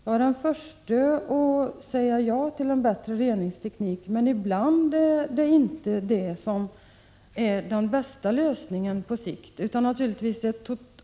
Jag är den första att säga ja till en bättre reningsteknik, men ibland är inte sådana åtgärder den bästa lösningen på sikt.